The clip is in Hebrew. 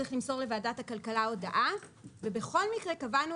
הוא צריך למסור לוועדת הכלכלה הודעה ובכל מקרה קבענו